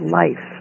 life